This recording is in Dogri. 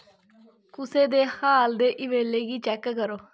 कुसै दे हाल दे ईमेलें गी चैक्क करो